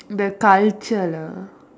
the culture lah